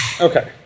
Okay